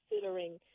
considering